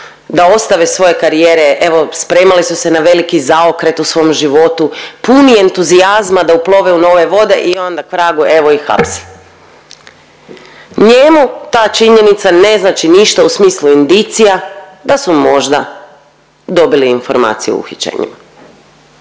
da ostave svoje karijere, evo spremali su se na veliki zaokret u svom životu puni entuzijazma da uplove u nove vode i onda k vragu evo ih hapse. Njemu ta činjenica ne znači ništa u smislu indicija da su možda dobili informacije o uhićenju.